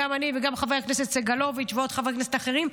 גם אני וגם חבר הכנסת סגלוביץ' ועוד חברי כנסת אחרים.